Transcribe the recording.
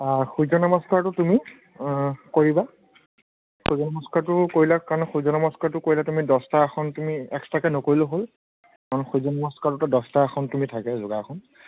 সূৰ্য নমষ্কাৰটো তুমি কৰিবা সূৰ্য নমষ্কাৰটো কৰিলে কাৰণ সূৰ্য নমষ্কাৰটো কৰিলে তুমি দহটা আসন তুমি এক্সট্ৰাকৈ নকৰিলেও হ'ল কাৰণ সূৰ্য নমষ্কাৰটোতে দহটা আসন তুমি থাকে যোগাসন